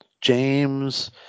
James